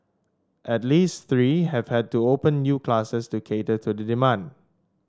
at least three have had to open new classes to cater to the demand